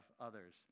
others